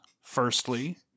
firstly